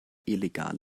illegal